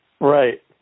Right